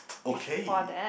okay